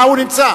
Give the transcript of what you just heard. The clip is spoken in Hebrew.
אה, הוא נמצא.